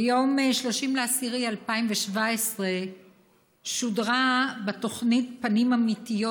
ביום 30 באוקטובר 2017 שודר בתוכנית "פנים אמיתיות"